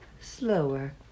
slower